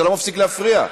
אתה לא מפסיק להפריע.